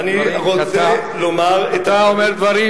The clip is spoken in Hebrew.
אתה אומר דברים,